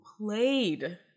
played